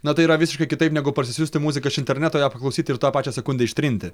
na tai yra visiškai kitaip negu parsisiųsti muziką iš interneto ją paklausyti ir tą pačią sekundę ištrinti